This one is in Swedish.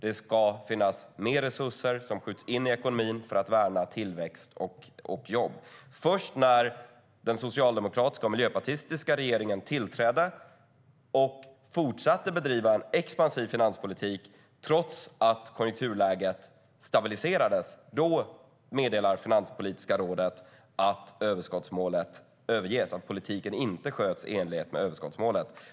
Det ska finnas mer resurser som skjuts in i ekonomin för att värna tillväxt och jobb. Först när den socialdemokratiska och miljöpartistiska regeringen tillträdde och fortsatte att bedriva en expansiv finanspolitik trots att konjunkturläget stabiliserades meddelar Finanspolitiska rådet att överskottsmålet överges och att politiken inte sköts i enlighet med överskottsmålet.